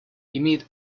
имеет